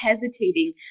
hesitating